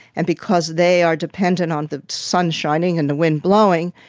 and because they are dependent on the sun shining and the wind blowing,